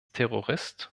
terrorist